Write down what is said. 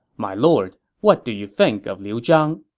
my lord, what do you think of liu zhang?